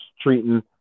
treating